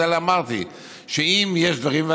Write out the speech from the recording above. על זה אמרתי שאם יש דברים,